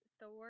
Thor